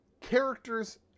characters